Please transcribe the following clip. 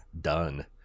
done